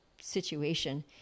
situation